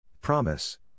Promise